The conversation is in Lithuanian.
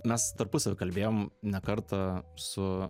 mes tarpusavy kalbėjom ne kartą su